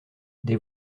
des